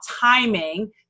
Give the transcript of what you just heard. timing